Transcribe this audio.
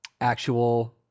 actual